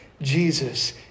Jesus